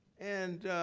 and